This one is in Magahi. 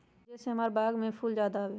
जे से हमार बाग में फुल ज्यादा आवे?